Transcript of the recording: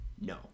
No